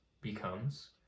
becomes